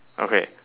okay